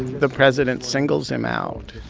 the president singles him out,